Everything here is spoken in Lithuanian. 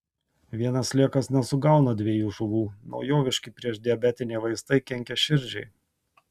vienas sliekas nesugauna dviejų žuvų naujoviški priešdiabetiniai vaistai kenkia širdžiai